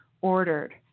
ordered